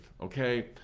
okay